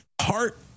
heart